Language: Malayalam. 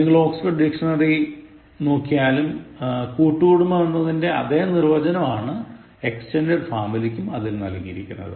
നിങ്ങൾ ഓക്സ്സ്ഫെഡ് ഇംഗ്ലീഷ് ഡിക്ഷണറി നോക്കിയാലും കൂട്ടു കുടുംബം എന്നതിന്റെ അതേ നിർവചനം ആണ് എക്സ്റ്റെൻറ്ഡെഡ് ഫാമിലിക്കും അതിൽ നൽകിയിരിക്കുന്നത്